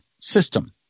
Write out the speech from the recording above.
system